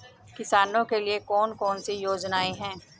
किसानों के लिए कौन कौन सी योजनाएं हैं?